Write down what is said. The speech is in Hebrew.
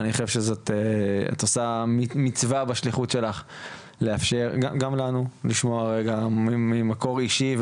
אני חושב שאת עושה מצווה בשליחות שלך לאפשר גם לנו לשמוע ממקור אישי,